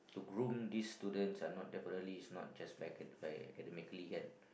groom these students are not definitely is not just by academic academically kan